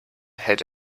hält